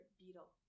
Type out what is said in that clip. beetle